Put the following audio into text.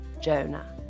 Jonah